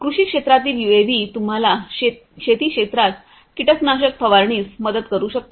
कृषी क्षेत्रातील यूएव्ही तुम्हाला शेती क्षेत्रात कीटकनाशक फवारणीस मदत करू शकतात